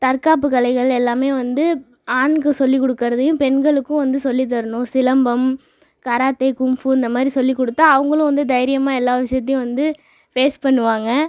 தற்காப்பு கலைகள் எல்லாமே வந்து ஆணுக்கு சொல்லி கொடுக்குறதையும் பெண்களுக்கும் வந்து சொல்லி தரணும் சிலம்பம் கராத்தே கும்ஃபு இந்த மாதிரி சொல்லி கொடுத்தா அவங்களும் வந்து தைரியமாக எல்லா விஷயத்தையும் வந்து ஃபேஸ் பண்ணுவாங்கள்